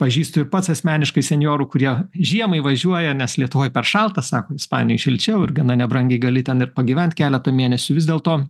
pažįstu ir pats asmeniškai senjorų kurie žiemai važiuoja nes lietuvoj per šalta sako ispanijoj šilčiau ir gana nebrangiai gali ten ir pagyvent keletą mėnesių vis dėlto